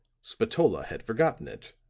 spatola had forgotten it.